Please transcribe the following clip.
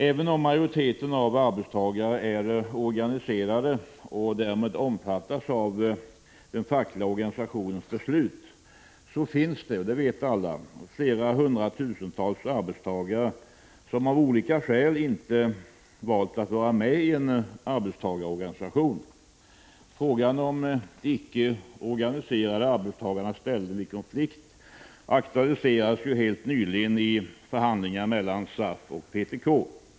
Även om majoriteten av arbetstagare är organiserade och därmed omfattas av den fackliga organisationens beslut, finns det — det vet alla — hundratusentals arbetstagare som av olika skäl inte har valt att vara med i en arbetstagarorganisation. Frågan om de icke organiserade arbetstagarnas ställning i konflikt aktualiserades helt nyligen i förhandlingar mellan SAF och PTK.